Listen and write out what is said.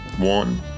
One